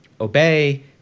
obey